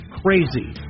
crazy